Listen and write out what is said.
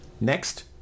Next